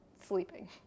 Sleeping